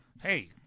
Hey